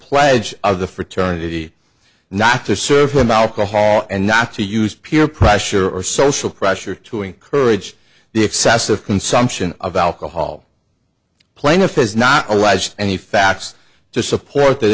pledge of the fraternity not to serve him alcohol and not to use peer pressure or social pressure to encourage the excessive consumption of alcohol plaintiff is not alleged any facts to support